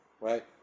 right